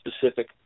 specific